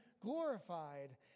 glorified